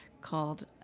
called